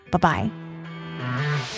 Bye-bye